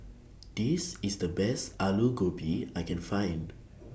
This IS The Best Alu Gobi I Can Find